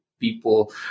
people